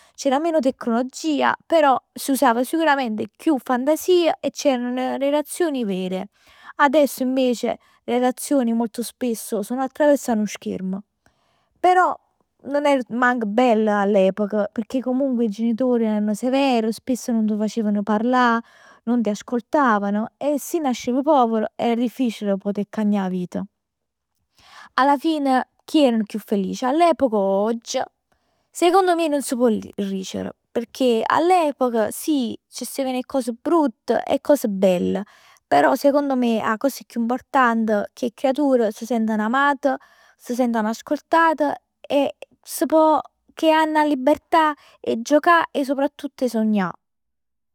C'era meno tecnologia, però si usava sicuramente chiù fantasia e c'erano 'e relazioni vere. Adesso invece le relazioni molto spesso sono attraverso 'a nu scherm. Però non era manc bell' all'epoca, pecchè comunque 'e genitor erano spesso severi, nun t' facevan parlà, non ti ascoltavano. E si nasciv povero era difficile a putè cagnà 'a vita. Alla fine chi era chiù felic? All'epoca o ogg? Secondo me nun s' pò dic- dicere pecchè all'epoca sì c' steven 'e cose brutt, 'e cos bell, però secondo me 'a cosa chiù important è che 'e creatur s' senten amat, s' senten ascoltat e s' pò creà 'na libertà 'e giocà e soprattutt 'e sognà.